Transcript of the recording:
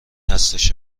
هستش